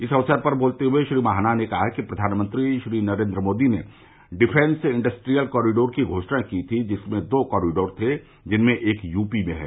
इस अवसर पर बोलते हुए श्री महाना ने कहा कि प्रधानमंत्री श्री नरेन्द्र मोदी ने डिफॅस इंडस्ट्रीयल कॉरिडोर की घोषणा की थी जिसमें दो कॉरिडोर थे जिनमें से एक यूपी में हैं